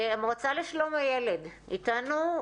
המועצה לשלום הילד, איתנו?